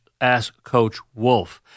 AskCoachWolf